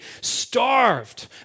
starved